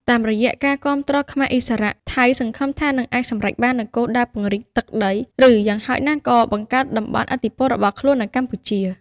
តាមរយៈការគាំទ្រខ្មែរឥស្សរៈ ថៃសង្ឃឹមថានឹងអាចសម្រេចបាននូវគោលដៅពង្រីកទឹកដី ឬយ៉ាងហោចណាស់ក៏បង្កើតតំបន់ឥទ្ធិពលរបស់ខ្លួននៅក្នុងកម្ពុជា។